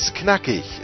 knackig